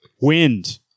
wind